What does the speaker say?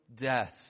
death